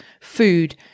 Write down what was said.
food